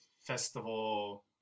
festival